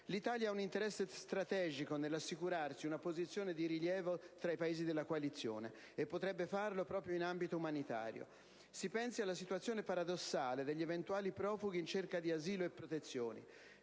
L'Italia ha un interesse strategico nell'assicurarsi una posizione di rilievo tra i Paesi della coalizione, e potrebbe farlo proprio in ambito umanitario. Si pensi alla situazione paradossale degli eventuali profughi in cerca di asilo e protezione.